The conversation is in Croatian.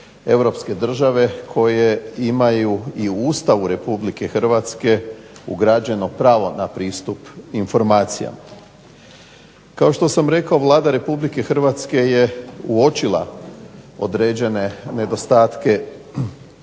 europske države koje imaju i u Ustavu RH ugrađeno pravo na pristup informacijama. Kao što sam rekao Vlada Republike Hrvatske je uočila određene nedostatke i